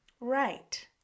Right